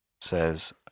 says